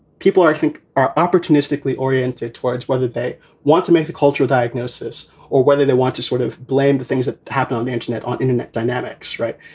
people are, i think are opportunistically oriented towards whether they want to make the culture diagnosis or whether they want to sort of blame the things that happen on the internet, on internet dynamics. right.